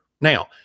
Now